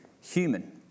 human